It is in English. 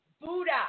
Buddha